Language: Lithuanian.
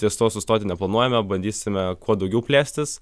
ties tuo sustoti neplanuojame bandysime kuo daugiau plėstis